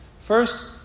First